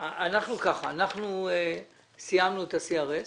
אנחנו סיימנו את ה-CRS.